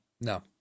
No